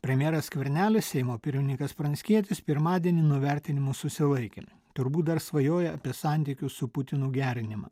premjeras skvernelis seimo pirmininkas pranckietis pirmadienį nuo vertinimų susilaikė turbūt dar svajoja apie santykių su putinu gerinimą